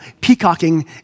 peacocking